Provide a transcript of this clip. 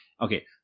Okay